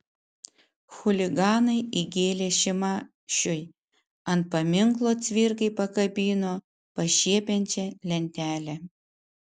chuliganai įgėlė šimašiui ant paminklo cvirkai pakabino pašiepiančią lentelę